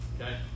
okay